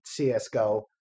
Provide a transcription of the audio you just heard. csgo